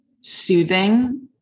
soothing